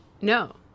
No